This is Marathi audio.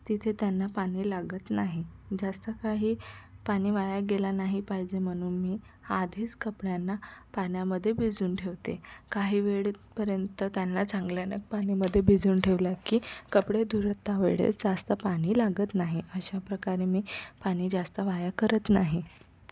तिथे त्यांना पाणी लागत नाही जास्त काही पाणी वाया गेलं नाही पाहिजे म्हणून मी आधीच कपड्यांना पाण्यामध्ये भिजून ठेवते काही वेळेत पर्यंत त्यांना चांगल्यान पाणीमध्ये भिजून ठेवल्या की कपडे धुता वेळेस जास्त पाणी लागत नाही अशाप्रकारे मी पाणी जास्त वाया करत नाही